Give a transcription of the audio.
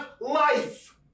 life